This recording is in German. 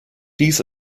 dies